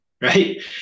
Right